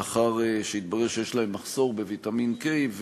לאחר שהתברר שיש להם מחסור בוויטמין K,